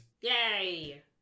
Yay